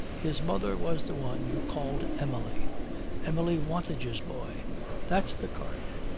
his mother was the one you called emily emily wantage's boy that's the card.